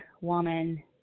woman